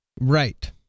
Right